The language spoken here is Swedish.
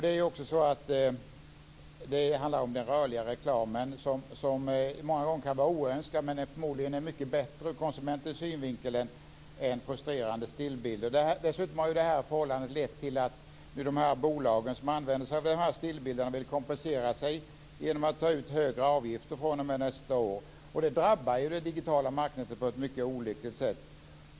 Det handlar ju om den rörliga reklamen. Den kan många gånger vara oönskad, men den är förmodligen mycket bättre ur konsumentens synvinkel än frustrerande stillbilder. Det här förhållandet har dessutom lett till att de bolag som använder sig av stillbilderna vill kompensera sig genom att ta ut högre avgifter fr.o.m. nästa år. Det drabbar ju det digitala marknätet på ett mycket olyckligt sätt.